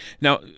Now